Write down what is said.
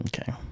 okay